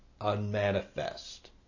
unmanifest